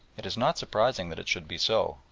it is not surprising that it should be so,